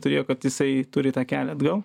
turėjo kad jisai turi tą kelią atgal